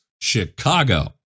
chicago